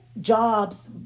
jobs